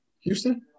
Houston